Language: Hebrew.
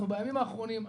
בימים האחרונים,